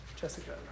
Jessica